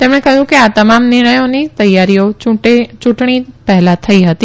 તેમણે કહયું કે આ તમામ નિર્ણયોની તૈયારીઓ યુંટણી પહેલા થઈ હતી